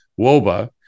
WOBA